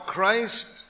Christ